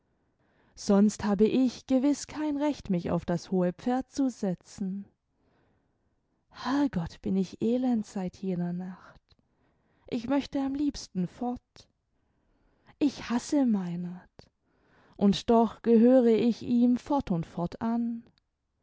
sonst habe ich gewiß kein recht mich auf das hohe pferd zu setzen herrgott bin ich elend seit jener nacht ich möchte am liebsten fort ich hasse meinert und doch gehöre ich ihm fort und fort